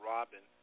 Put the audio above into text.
Robin